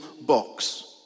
box